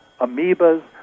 amoebas